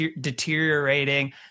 deteriorating